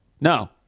No